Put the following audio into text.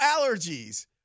allergies